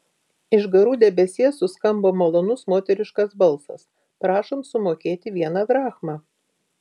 iš garų debesies suskambo malonus moteriškas balsas prašom sumokėti vieną drachmą